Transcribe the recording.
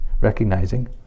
recognizing